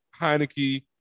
Heineke